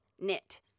knit